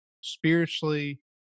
spiritually